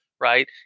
right